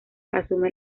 asume